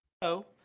Hello